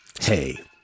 Hey